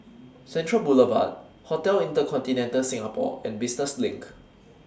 Central Boulevard Hotel InterContinental Singapore and Business LINK